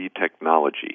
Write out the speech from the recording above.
technology